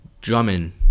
drumming